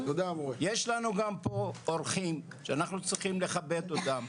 יש לנו גם פה אורחים שאנחנו צריכים לכבד אותם.